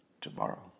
tomorrow